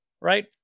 right